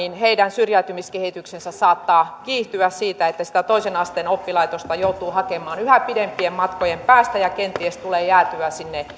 syrjäytymiskehitys saattaa kiihtyä siitä että sitä toisen asteen oppilaitosta joutuu hakemaan yhä pidempien matkojen päästä ja kenties tulee jäätyä